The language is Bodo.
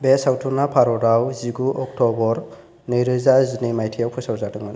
बे सावथुना भारताव जिगु अक्ट'बर नैरोजा जिनै माइथायाव फोसाव जादोंमोन